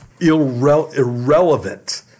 irrelevant